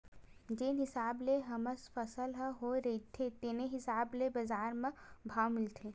जेन हिसाब ले हमर फसल ह होए रहिथे तेने हिसाब ले बजार म भाव मिलथे